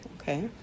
Okay